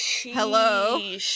hello